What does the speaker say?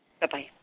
Bye-bye